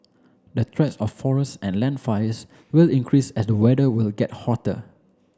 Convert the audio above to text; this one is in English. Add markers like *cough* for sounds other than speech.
the *unintelligible* of forest and land fires will increase at the weather will get hotter